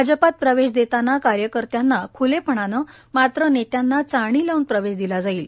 भाजपात प्रवेश देतांना कार्यकर्त्यांना ख्लेपणाने मात्र नेत्यांना चाळणी लावून प्रवेश दिला जाईल